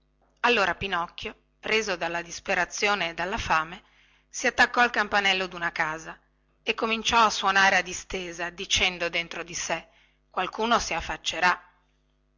allora pinocchio preso dalla disperazione e dalla fame si attaccò al campanello duna casa e cominciò a suonare a distesa dicendo dentro di sé qualcuno si affaccierà